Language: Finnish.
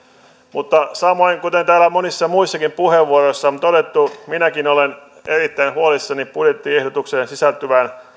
mutta samoin kuten täällä monissa muissakin puheenvuoroissa on todettu minäkin olen erittäin huolissani budjettiehdotukseen sisältyvästä